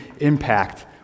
impact